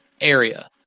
area